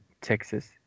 Texas